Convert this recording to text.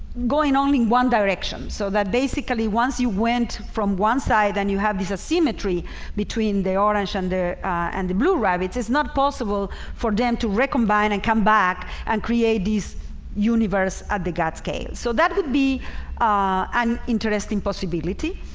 going on in one direction so that basically once you went from one side and you have this asymmetry between the orange and the and the blue rabbits. it's not possible for them to recombine and come back and create these universe at the gut scale so that would be an interesting possibility